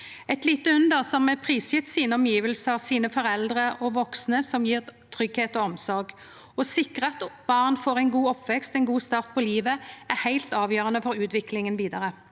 eit lite under som er prisgitt sine omgivnader, sine foreldre og vaksne som gjev tryggleik og omsorg. Å sikre at barn får ein god oppvekst, ein god start på livet, er heilt avgjerande for utviklinga vidare.